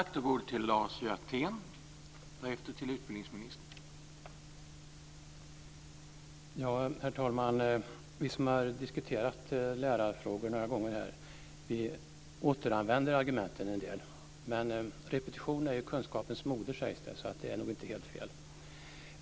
Herr talman! Vi som har diskuterat lärarfrågorna några gånger här återanvänder argumenten en del. Men det sägs att repetition är kunskapens moder, så det är nog inte helt fel.